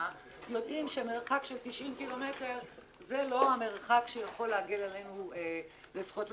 יודעת שמרחק של תשעה ק"מ זה לא המרחק שיכול להגן עלינו --- הציבור.